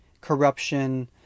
corruption